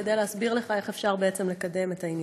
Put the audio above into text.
כדי להסביר לך איך אפשר בעצם לקדם את העניין.